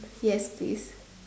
yes please